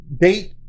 date